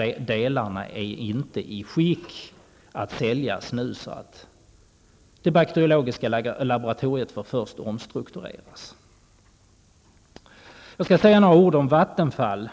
Men delarna är inte i sådant skick att de kan säljas just nu. Bakteriologiska laboratoriet måste först omstruktureras. Avslutningsvis skall jag säga några ord om Vattenfall.